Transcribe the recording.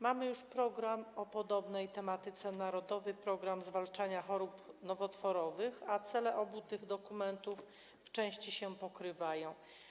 Mamy już program o podobnej tematyce - „Narodowy program zwalczania chorób nowotworowych”, a cele obu tych dokumentów w części się pokrywają.